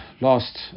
last